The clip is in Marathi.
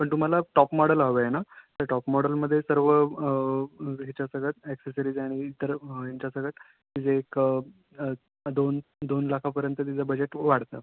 पण तुम्हाला टाॅप मॉडेल हवे आहे ना तर टाॅप मॉडेलमध्ये सर्व ह्याच्या सगळ्यात ॲक्सेसरीज आणि इतर ह्यांच्या सगळ्यात जे एक दोन दोन लाखापर्यंत तिचं बजेट वाढतं